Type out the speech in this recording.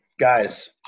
guys